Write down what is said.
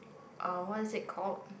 uh what is it called